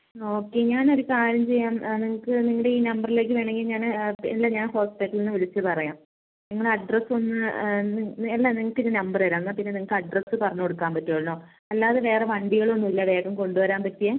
okay ഞാൻ ഒരു കാര്യം ചെയ്യാം നിങ്ങൾക്ക് നിങ്ങളുടെ ഈ നമ്പറിലേക്ക് വേണമെങ്കിൽ ഞാൻ ഇല്ല ഞാൻ ഹോസ്പിറ്റലിൽ നിന്ന് വിളിച്ച് പറയാം നിങ്ങള അഡ്രസ്സ് ഒന്ന് അല്ല നിങ്ങൾക്ക് ഇത് നമ്പർ തരാം എന്നാൽ പിന്നെ നിങ്ങൾക്ക് അഡ്രസ്സ് പറഞ്ഞ് കൊടുക്കാൻ പറ്റുവല്ലോ അല്ലാതെ വേറെ വണ്ടികൾ ഒന്നും ഇല്ലേ വേഗം കൊണ്ടുവരാൻ പറ്റിയത്